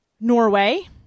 Norway